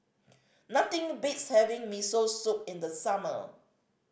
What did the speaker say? nothing beats having Miso Soup in the summer